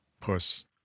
puss